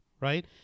right